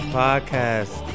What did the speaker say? podcast